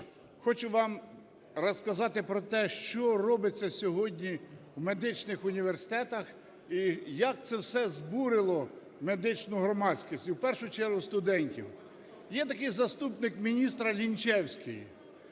Хочу вам розказати про те, що робиться сьогодні в медичних університетах і як це все збурило медичну громадськість, і в першу чергу, студентів. Є такий заступник міністра - Лінчевський.